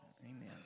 Amen